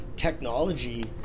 technology